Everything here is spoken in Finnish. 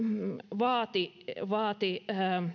vaati